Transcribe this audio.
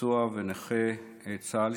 ונכה צה"ל,